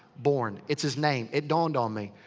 born. it's his name. it dawned on me.